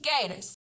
Gators